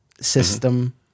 system